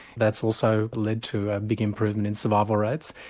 that's also led to a big improvement in survival rates.